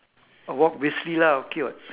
walk briskly lah okay [what]